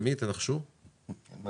של